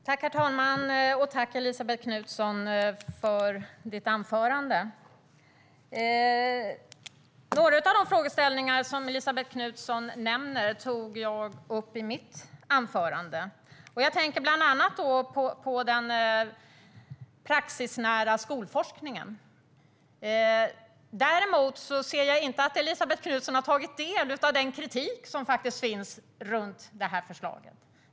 Herr talman! Tack, Elisabet Knutsson, för anförandet! Några av de frågeställningar som Elisabet Knutsson nämner tog jag upp i mitt anförande. Jag tänker bland annat på den praxisnära skolforskningen. Jag ser dock inte att Elisabet Knutsson har tagit del av den kritik som finns mot förslaget.